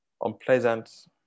unpleasant